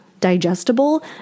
digestible